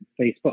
Facebook